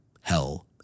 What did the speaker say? hell